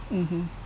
mmhmm